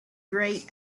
grey